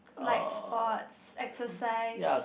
like sports exercise